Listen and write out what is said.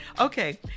Okay